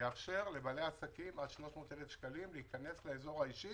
לבעלי עסקים עד 300,000 שקלים להיכנס לאזור האישי,